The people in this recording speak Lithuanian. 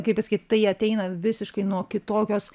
kaip pasakyt tai ateina visiškai nuo kitokios